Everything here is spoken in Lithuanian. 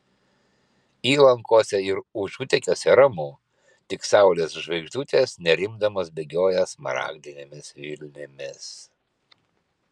įlankose ir užutekiuose ramu tik saulės žvaigždutės nerimdamos bėgioja smaragdinėmis vilnimis